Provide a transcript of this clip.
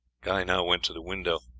guy now went to the window.